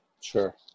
Sure